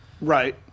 Right